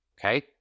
okay